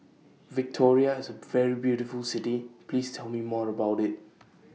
Victoria IS A very beautiful City Please Tell Me More about IT